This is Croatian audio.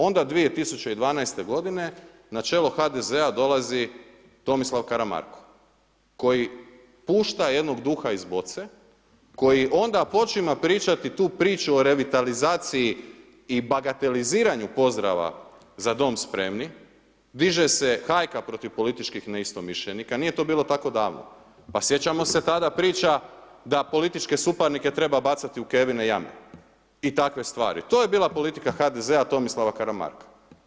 Onda 2012. godine na čelo HDZ-a dolazi Tomislav Karamarko koji pušta jednog duha iz boce koji onda počima pričati tu priču o relativizaciji i bagateliziranju pozdrava Za dom spremni, diže se hajka protiv političkih neistomišljenika, nije to bilo tako davno, pa sjećamo se tada priča da političke suparnike treba bacati u kevine jame i takve stvari, to je bila politika HDZ-a Tomislava Karamarka.